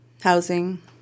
housing